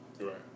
Right